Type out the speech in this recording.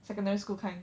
secondary school kind